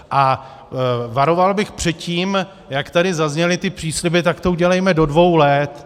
A varoval bych před tím, jak tady zazněly ty přísliby tak to udělejme do dvou let.